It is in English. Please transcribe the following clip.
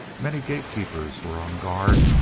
many gate-keepers were on guard,